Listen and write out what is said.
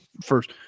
first